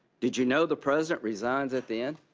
did you know the president resigns at the end?